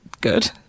good